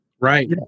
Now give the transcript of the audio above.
Right